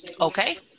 Okay